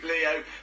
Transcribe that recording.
Leo